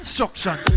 Instruction